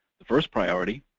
the first priority